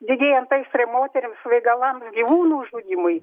didėjant aistrai moterims svaigalams gyvūnų žudymui